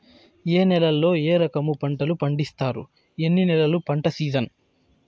ఏ నేలల్లో ఏ రకము పంటలు పండిస్తారు, ఎన్ని నెలలు పంట సిజన్?